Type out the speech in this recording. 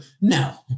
No